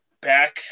Back